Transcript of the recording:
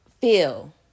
feel